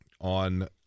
on